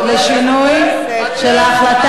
יש לך אולי, אתם משקרים לעם, אתם משקרים לכולם.